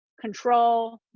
control